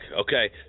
okay